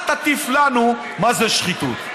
אל תטיף לנו מה זה שחיתות.